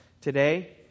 today